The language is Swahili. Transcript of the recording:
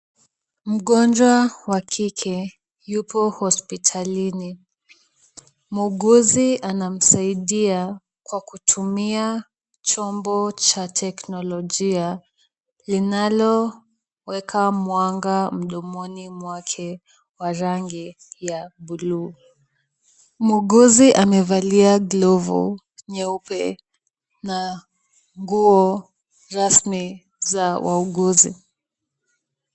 Mgonjwa wa kike yupo hospitalini. Muuguzi anamsaidia kwa kutumia chombo cha teknolojia linalo weka mwanga mdomoni mwake wa rangi ya buluu. Muuguzi amevalia glovu nyeupe na nguo rasmi za wauguzi.